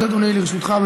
שלוש דקות, אדוני, לרשותך.